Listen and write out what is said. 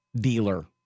dealer